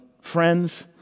friends